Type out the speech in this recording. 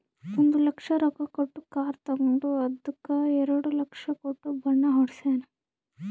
ಒಂದ್ ಲಕ್ಷ ರೊಕ್ಕಾ ಕೊಟ್ಟು ಕಾರ್ ತಗೊಂಡು ಅದ್ದುಕ ಎರಡ ಲಕ್ಷ ಕೊಟ್ಟು ಬಣ್ಣಾ ಹೊಡ್ಸ್ಯಾನ್